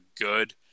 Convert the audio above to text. good